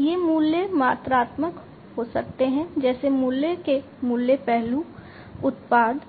ये मूल्य मात्रात्मक हो सकते हैं जैसे मूल्य के मूल्य पहलू उत्पाद